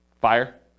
Fire